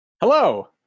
Hello